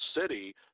city